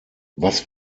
was